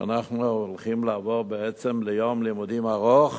אנחנו הולכים לעבור בעצם ליום לימודים ארוך